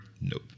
Nope